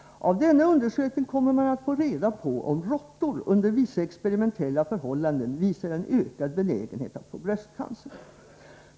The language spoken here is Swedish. Av denna undersökning kommer man att få reda på om råttor under vissa experimentella förhållanden visar en ökad benägenhet att få bröstcancer.